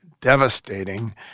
devastating